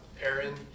Aaron